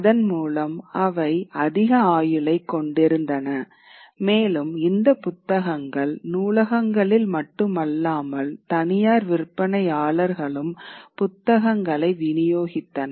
அதன்மூலம் அவை அதிக ஆயுளைக் கொண்டிருந்தன மேலும் இந்த புத்தகங்கள் நூலகங்களில் மட்டுமல்லாமல் தனியார் விற்பனையாளர்களும் புத்தகங்களை விநியோகித்தனர்